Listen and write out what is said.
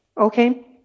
okay